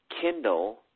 Kindle